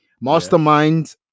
Mastermind